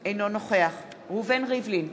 אינו נוכח ראובן ריבלין,